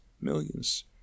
millions